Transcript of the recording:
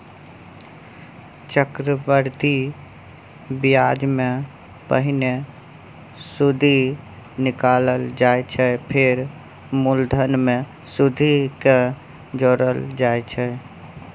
चक्रबृद्धि ब्याजमे पहिने सुदि निकालल जाइ छै फेर मुलधन मे सुदि केँ जोरल जाइ छै